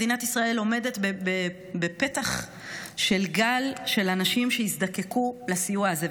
מדינת ישראל עומדת בפתח של גל של אנשים שיזדקקו לסיוע הזה.